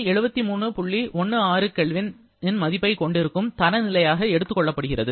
16 K இன் மதிப்பைக் கொண்டிருக்கும் தர நிலையாக எடுத்துக் கொள்ளப்படுகிறது